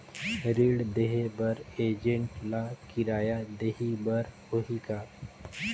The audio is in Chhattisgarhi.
ऋण देहे बर एजेंट ला किराया देही बर होही का?